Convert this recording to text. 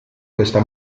questa